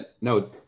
no